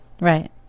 Right